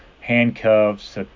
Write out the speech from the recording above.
handcuffs